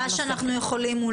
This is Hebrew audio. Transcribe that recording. מה שאנחנו יכולים,